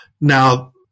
Now